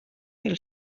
mil